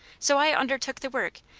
so i undertook the work,